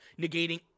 negating